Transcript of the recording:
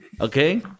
Okay